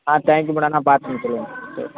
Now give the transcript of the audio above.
ஆ thank you madam நான் பார்த்து சொல்லுறேன் சரி